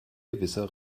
gewisser